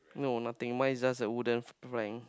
no nothing mine is just a wooden rank